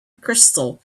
crystal